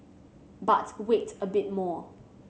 but wait a bit more